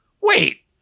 wait